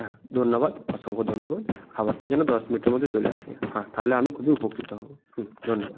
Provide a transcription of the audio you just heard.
হ্যাঁ ধন্যবাদ অসংখ্য ধন্যবাদ খাওয়ারটা যেন দশ মিনিটের মধ্যে চলে আসে হাঁ তাহলে আমি খুবই উপকৃত হব হুম ধন্যবাদ